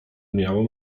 miała